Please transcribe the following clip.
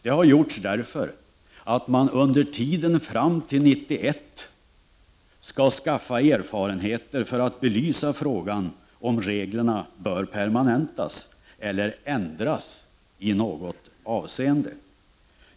Det har gjorts därför att man under tiden fram till 1991 skall skaffa erfarenheter för att belysa frågan om reglerna bör permanentas eller ändras i något avseende.